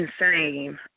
insane